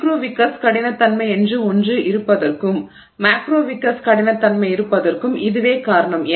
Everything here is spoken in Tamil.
மைக்ரோ விக்கர்ஸ் கடினத்தன்மை என்று ஒன்று இருப்பதற்கும் மேக்ரோ விக்கர்ஸ் கடினத்தன்மை இருப்பதற்கும் இதுவே காரணம்